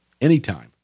anytime